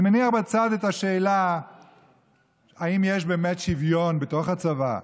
אני מניח בצד את השאלה אם יש באמת שוויון בתוך הצבא.